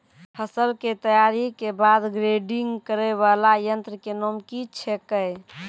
फसल के तैयारी के बाद ग्रेडिंग करै वाला यंत्र के नाम की छेकै?